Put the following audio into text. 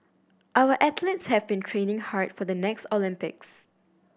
our athletes have been training hard for the next Olympics